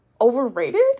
overrated